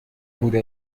بوده